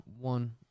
one